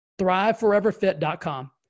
thriveforeverfit.com